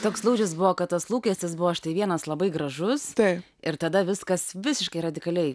toks lūžis buvo kad tas lūkestis buvo štai vienas labai gražus tai ir tada viskas visiškai radikaliai